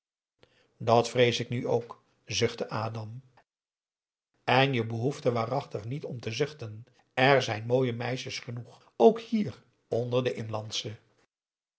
dat vrees ik nu ook zuchtte adam en je behoeft er waarachtig niet om te zuchten er zijn mooie meisjes genoeg ook hier onder de